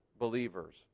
believers